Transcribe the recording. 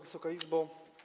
Wysoka Izbo!